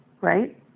right